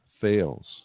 fails